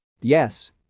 Yes